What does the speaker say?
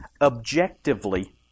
objectively